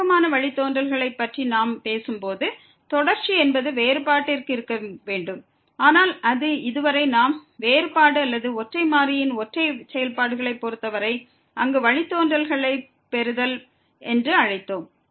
வழக்கமான வழித்தோன்றல்களைப் பற்றி நாம் பேசும்போது தொடர்ச்சி என்பது வேறுபாட்டிற்கு இருக்க வேண்டும் ஆனால் அது இதுவரை நாம் வேறுபாடு அல்லது ஒற்றை மாறியின் ஒற்றை செயல்பாடுகளைப் பொறுத்தவரை அங்கு வழித்தோன்றல்களைப் பெறுதல் என்று அழைத்தோம்